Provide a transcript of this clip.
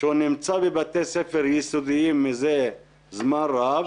שהוא נמצא בבתי ספר יסודיים מזה זמן רב,